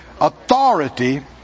Authority